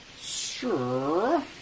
Sure